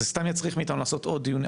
זה סתם יצריך מאיתנו לעשות עוד דיונים.